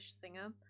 singer